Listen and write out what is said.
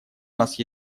нас